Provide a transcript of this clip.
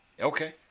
Okay